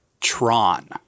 Tron